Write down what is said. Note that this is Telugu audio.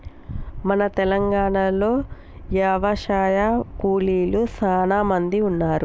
మన తెలంగాణలో యవశాయ కూలీలు సానా మంది ఉన్నారు